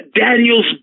Daniel's